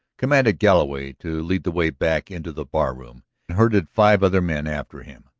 commanded galloway to lead the way back into the barroom and herded five other men after him,